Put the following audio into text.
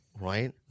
Right